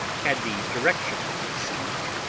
had the direction of the siege,